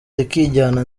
rikijyana